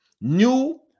new